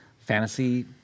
fantasy